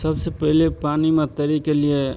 सबसे पहिले पानिमे तैरेके लिए